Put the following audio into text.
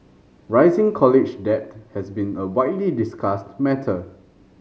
rising college debt has been a widely discussed matter